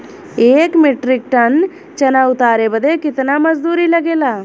एक metric tonne चना उतारे बदे कितना मजदूरी लगे ला?